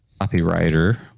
copywriter